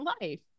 life